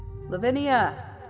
Lavinia